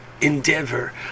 endeavor